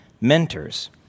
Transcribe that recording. mentors